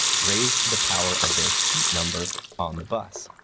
raised to the power of their seat number on the bus.